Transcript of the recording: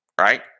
right